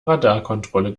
radarkontrolle